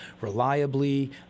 reliably